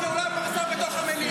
ירדת מהפסים לגמרי.